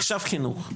עכשיו חינוך.